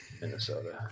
Minnesota